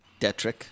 Detrick